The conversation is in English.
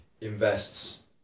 invests